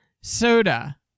soda